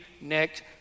next